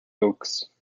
oaks